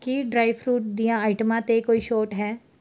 ਕੀ dry fruit ਦੀਆਂ ਆਈਟਮਾਂ 'ਤੇ ਕੋਈ ਛੋਟ ਹੈ